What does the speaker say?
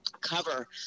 cover